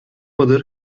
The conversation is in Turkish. mıdır